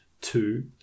two